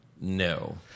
No